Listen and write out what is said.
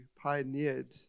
pioneered